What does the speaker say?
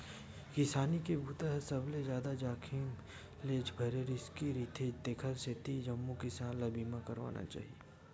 किसानी के बूता ह सबले जादा जाखिम ले भरे रिस्की रईथे तेखर सेती जम्मो किसान ल बीमा करवाना चाही